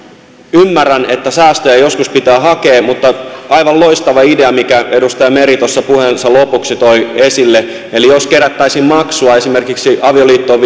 ymmärrän että säästöjä joskus pitää hakea mutta aivan loistava idea minkä edustaja meri tuossa puheensa lopuksi toi esille jos kerättäisiin maksua esimerkiksi avioliittoon